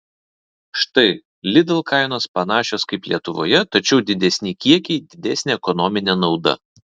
štai lidl kainos panašios kaip lietuvoje tačiau didesni kiekiai didesnė ekonominė nauda